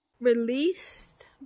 released